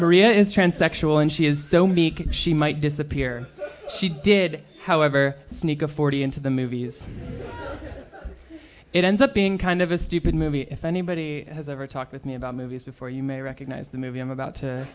maria is transsexual and she is so meek she might disappear she did however sneak a forty into the movies it ends up being kind of a stupid movie if anybody has ever talked with me about movies before you may recognize the movie i'm about to